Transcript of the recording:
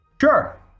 Sure